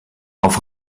auf